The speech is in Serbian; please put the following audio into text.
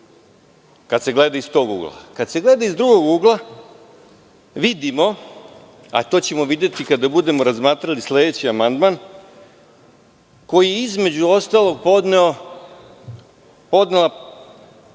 kada se gleda iz tog ugla. Kada se gleda iz drugog ugla vidimo, a to ćemo videti i kada budemo razmatrali sledeći amandman koji je između ostalog podnela